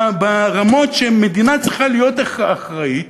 ברמות שמדינה צריכה להיות אחראית